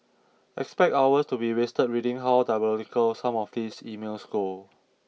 expect hours to be wasted reading how diabolical some of these emails go